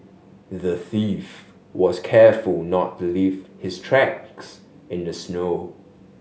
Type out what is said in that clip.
the thief was careful not to leave his tracks in the snow